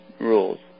rules